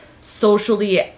socially